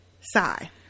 Sigh